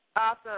Awesome